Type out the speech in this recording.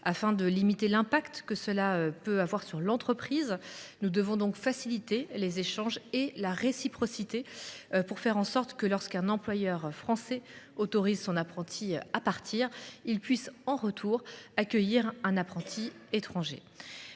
Afin de limiter l’effet que cela peut avoir pour l’entreprise, nous devons faciliter les échanges et la réciprocité, afin que, lorsqu’un employeur français autorise son apprenti à partir, il puisse en retour accueillir un apprenti étranger.